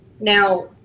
Now